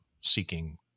seeking